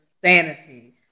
sanity